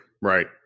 Right